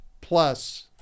plus